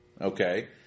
okay